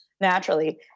naturally